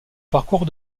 parcours